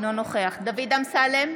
אינו נוכח דוד אמסלם,